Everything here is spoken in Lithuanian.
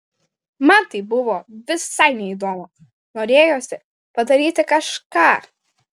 man tai buvo visai neįdomu norėjosi padaryti kažką